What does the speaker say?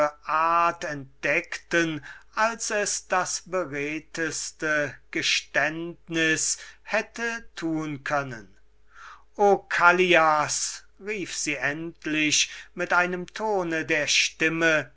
entdeckten als es das beredteste liebesgeständnis hätte tun können o callias rief sie endlich mit einem ton der stimme